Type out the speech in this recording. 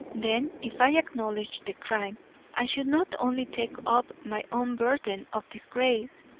then, if i acknowledged the crime i should not only take up my own burden of disgrace,